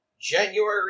January